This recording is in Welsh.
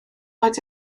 oed